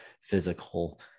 physical